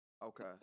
Okay